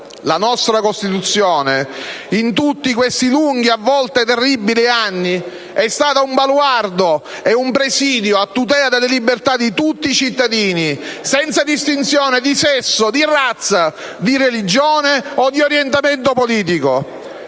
La nostra Costituzione, in tutti questi lunghi e a volte terribili anni, è stata un baluardo e un presidio a tutela delle libertà di tutti i cittadini, senza distinzione di sesso, di razza, di religione o di orientamento politico.